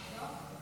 לא.